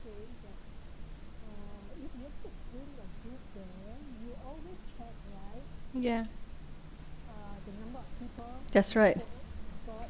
ya that's right